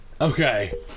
Okay